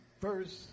first